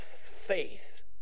faith